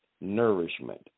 nourishment